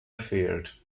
fehlt